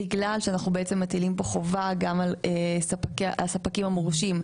בגלל שאנחנו מטילים חובה גם על הספקים המורשים,